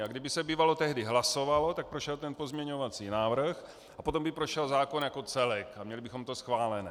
A kdyby se bývalo tehdy hlasovalo, tak prošel pozměňovací návrh a potom by prošel zákon jako celek a měli bychom to schválené.